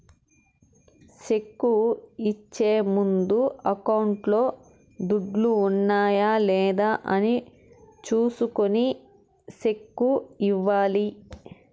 cheque ఇచ్చే ముందు అకౌంట్లో దుడ్లు ఉన్నాయా లేదా అని చూసుకొని సెక్కు ఇవ్వాలి